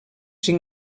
cinc